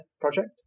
project